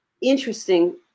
interesting